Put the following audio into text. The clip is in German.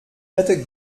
hätte